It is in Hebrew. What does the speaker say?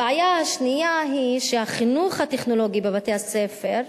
הבעיה השנייה היא שהחינוך הטכנולוגי בבתי-הספר,